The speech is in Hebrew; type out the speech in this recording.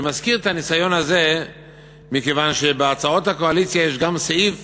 אני מזכיר את הניסיון הזה מכיוון שבהצעות הקואליציה יש גם סעיף